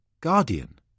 guardian